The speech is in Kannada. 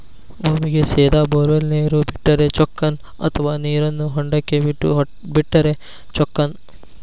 ಭೂಮಿಗೆ ಸೇದಾ ಬೊರ್ವೆಲ್ ನೇರು ಬಿಟ್ಟರೆ ಚೊಕ್ಕನ ಅಥವಾ ನೇರನ್ನು ಹೊಂಡಕ್ಕೆ ಬಿಟ್ಟು ಬಿಟ್ಟರೆ ಚೊಕ್ಕನ?